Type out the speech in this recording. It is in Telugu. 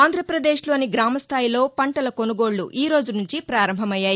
ఆంధ్రప్రదేశ్లోని గ్రామస్థాయిలో పంటల కొనుగోళ్ల ఈ రోజు నుంచి పారంభమయ్యాయి